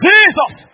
Jesus